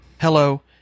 Hello